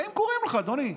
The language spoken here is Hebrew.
באים וקוראים לך: אדוני,